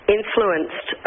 influenced